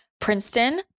Princeton